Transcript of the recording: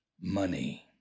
money